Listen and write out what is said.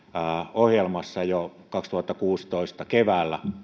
ohjelmassa jo kaksituhattakuusitoista keväällä